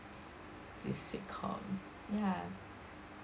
this sitcom ya